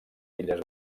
illes